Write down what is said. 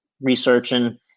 Researching